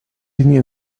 linie